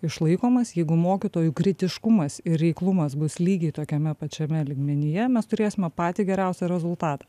išlaikomas jeigu mokytojų kritiškumas ir reiklumas bus lygiai tokiame pačiame lygmenyje mes turėsime patį geriausią rezultatą